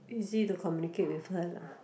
easy to communicate with her lah